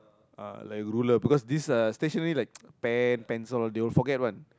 uh like ruler because this uh stationary like pens pencil they will forget [one]